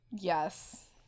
Yes